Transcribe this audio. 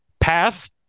path